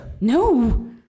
No